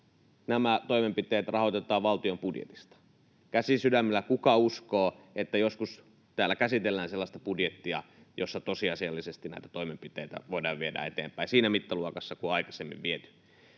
nämä toimenpiteet rahoitetaan valtion budjetista. Käsi sydämellä, kuka uskoo, että joskus täällä käsitellään sellaista budjettia, jossa tosiasiallisesti näitä toimenpiteitä voidaan viedä eteenpäin siinä mittaluokassa kuin on aikaisemmin viety?